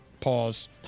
pause